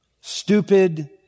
stupid